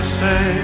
say